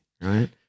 right